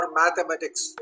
mathematics